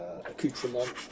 accoutrement